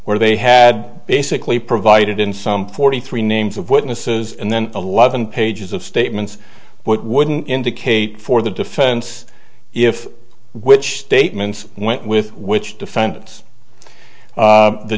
where they had basically provided in some forty three names of witnesses and then eleven pages of statements what wouldn't indicate for the defense if which statements went with which defen